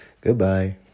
Goodbye